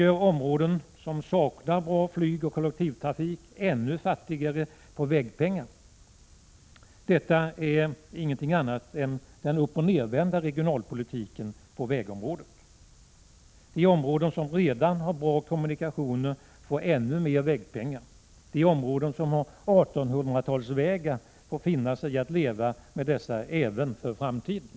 De områden som saknar bra flygtrafik och kollektivtrafik blir ännu fattigare när det gäller vägpengar. Detta är ingenting annat än en uppoch nedvänd regionalpolitik på vägområdet. De områden som redan har bra kommunikationer får ännu mer vägpengar. I de områden som har vägar som är av 1800-talsstandard får man finna sig i att leva med dessa vägar även i framtiden.